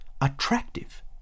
attractive